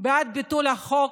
בעד ביטול החוק